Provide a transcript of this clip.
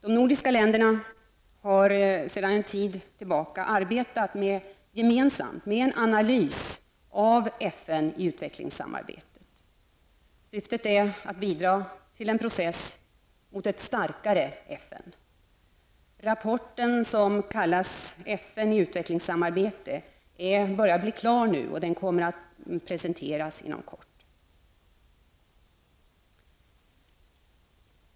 De nordiska länderna har sedan en tid tillbaka arbetat med en gemensam analys om FN i utvecklingssamarbetet. Syftet är att bidra till en process mot ett starkare FN. Rapporten, som kallas ''FN i utvecklingssamarbetet'', kommer att presenteras inom kort.